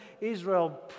Israel